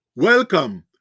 Welcome